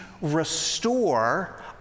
restore